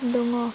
दङ